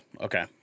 Okay